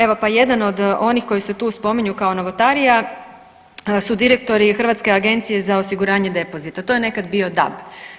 Evo pa jedan od onih koji se tu spominju kao novotarija su direktori Hrvatske agencije za osiguranje depozita, to je nekad bio DAB.